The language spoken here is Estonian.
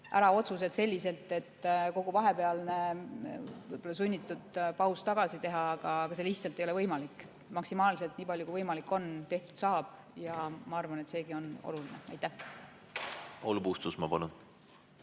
otsused, et kogu vahepealne sunnitud paus tagasi teha, aga see lihtsalt ei ole võimalik. Maksimaalselt nii palju, kui võimalik on, aga tehtud saab ja ma arvan, et seegi on oluline. Aitäh! See on üsna